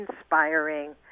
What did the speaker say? inspiring